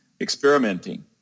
experimenting